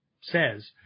says